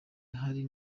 ahari